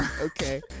Okay